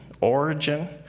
origin